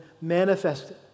manifested